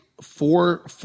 four –